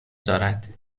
دارد